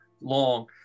long